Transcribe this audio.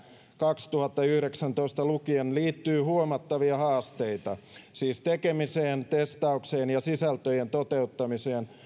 kaksituhattayhdeksäntoista lukien liittyy huomattavia haasteita siis tekemiseen testaukseen ja sisältöjen toteuttamiseen